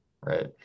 right